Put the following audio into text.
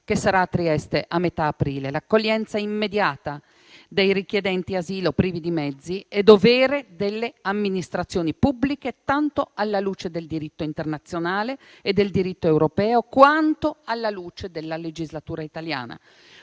che sarà a Trieste a metà aprile. L'accoglienza immediata dei richiedenti asilo privi di mezzi è dovere delle amministrazioni pubbliche, tanto alla luce del diritto internazionale e del diritto europeo, quanto alla luce della legislazione italiana.